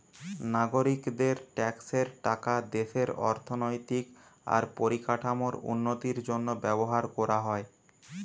নাগরিকদের ট্যাক্সের টাকা দেশের অর্থনৈতিক আর পরিকাঠামোর উন্নতির জন্য ব্যবহার কোরা হয়